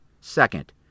Second